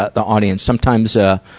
ah the audience? sometimes, ah,